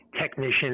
technician